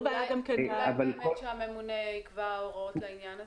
אולי באמת שהממונה יקבע הוראות לעניין הזה?